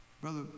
Brother